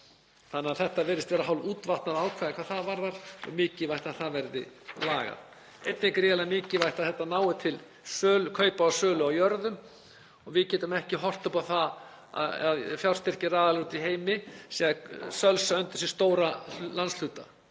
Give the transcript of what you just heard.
þannig að þetta virðist vera hálfútvatnað ákvæði hvað það varðar og mikilvægt að það verði lagað. Einnig er gríðarlega mikilvægt að þetta nái til kaupa og sölu á jörðum. Við getum ekki horft upp á það að fjársterkir aðilar úti í heimi séu að sölsa undir sig stóra landshluta.